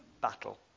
battle